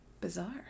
Bizarre